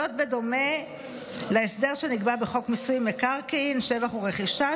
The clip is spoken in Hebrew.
בדומה להסדר שנקבע בחוק מיסוי מקרקעין (שבח ורכישה),